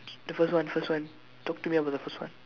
the first one first one talk to me about the first one